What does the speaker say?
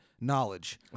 knowledge